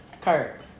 Kurt